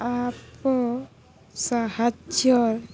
app ସାହାଯ୍ୟ